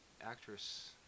actress